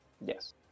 Yes